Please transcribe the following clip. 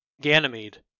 Ganymede